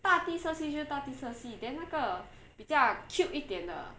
大地色系就大地色系 then 那个比较 cute 一点的